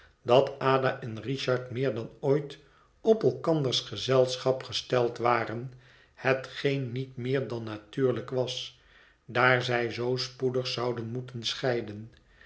dat ada en richard meer dan ooit op elkanders gezelschap gesteld waren hetgeen niet meer dan natuurlijk was daar zij zoo spoedig zouden moeten scheidon